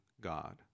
God